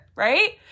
right